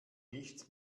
nichts